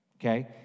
Okay